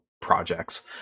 projects